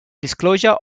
disclosure